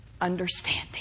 understanding